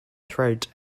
throat